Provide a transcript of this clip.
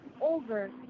over